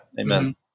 Amen